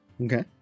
Okay